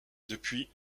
depuis